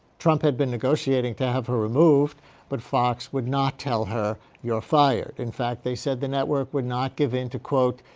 trump had been negotiating to have her removed but fox would not tell her you're fired. in fact, they said the network would not give into quote,